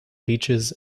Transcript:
beeches